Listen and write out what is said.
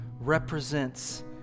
represents